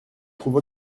trouve